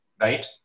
Right